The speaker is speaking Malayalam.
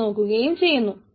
നോക്കുകയും ചെയ്യുന്നു